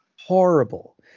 Horrible